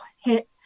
hit